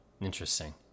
Interesting